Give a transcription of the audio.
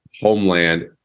homeland